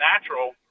natural